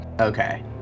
Okay